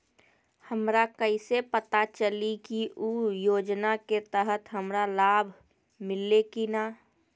हमरा कैसे पता चली की उ योजना के तहत हमरा लाभ मिल्ले की न?